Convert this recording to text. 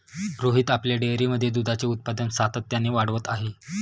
रोहित आपल्या डेअरीमध्ये दुधाचे उत्पादन सातत्याने वाढवत आहे